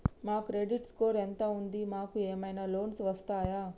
మా credit score ఎంత ఉంది? మాకు ఏమైనా లోన్స్ వస్తయా?